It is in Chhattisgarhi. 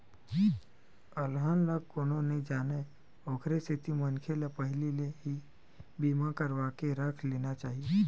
अलहन ला कोनो नइ जानय ओखरे सेती मनखे ल पहिली ले ही बीमा करवाके रख लेना चाही